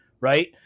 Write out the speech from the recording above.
right